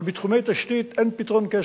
אבל בתחומי תשתית אין פתרון קסם: